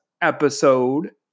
episode